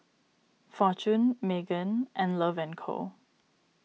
Fortune Megan and Love and Co